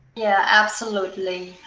yeah, absolutely.